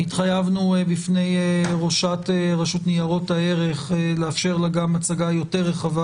התחייבנו בפני ראשת רשות ניירות ערך לאפשר לה הצגה יותר רחבה,